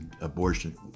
abortion